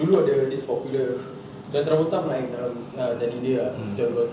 dulu ada this popular john travolta pernah act dalam ah jadi dia ah john gotti